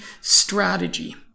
strategy